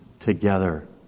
Together